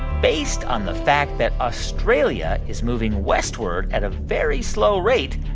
based on the fact that australia is moving westward at a very slow rate,